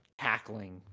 tackling